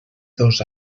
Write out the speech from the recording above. dos